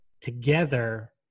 together